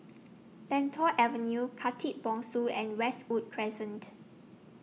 Lentor Avenue Khatib Bongsu and Westwood Crescent